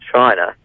China